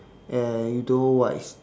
and you don't know what it's